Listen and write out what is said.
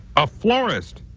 a florist.